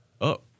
Up